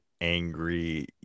angry